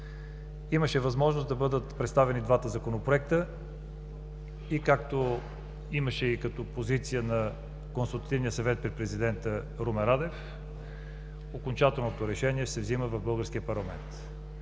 Имаше възможност да бъдат представени двата законопроекта и както имаше позиция на Консултативния съвет при президента Румен Радев – окончателното решение се взема в българския парламент.